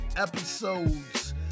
episodes